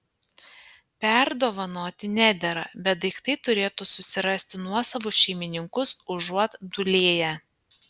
perdovanoti nedera bet daiktai turėtų susirasti nuosavus šeimininkus užuot dūlėję